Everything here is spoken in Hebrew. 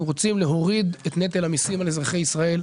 אנחנו רוצים להוריד את נטל המסים על אזרחי ישראל.